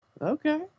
Okay